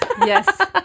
Yes